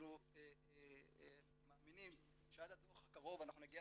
אנחנו מאמינים שעד הדו"ח הקרוב אנחנו נגיע